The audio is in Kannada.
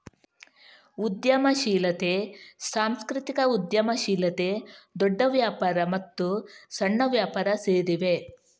ಉದ್ಯಮಶೀಲತೆ, ಸಾಂಸ್ಕೃತಿಕ ಉದ್ಯಮಶೀಲತೆ, ದೊಡ್ಡ ವ್ಯಾಪಾರ ಮತ್ತು ಸಣ್ಣ ವ್ಯಾಪಾರ ಸೇರಿವೆ